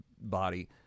body